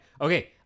Okay